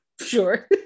sure